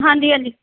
ਹਾਂਜੀ ਹਾਂਜੀ